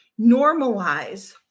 normalize